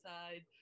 side